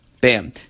Bam